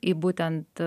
į būtent